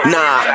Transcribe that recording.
Nah